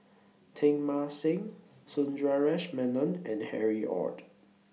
Teng Mah Seng Sundaresh Menon and Harry ORD